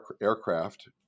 aircraft